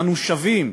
אנו שבים,